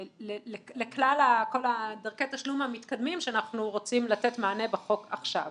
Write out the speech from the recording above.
לכלל דרכי התשלום המתקדמים שאנחנו רוצים לתת מענה בחוק עכשיו.